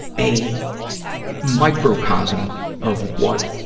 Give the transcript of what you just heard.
a microcosm of what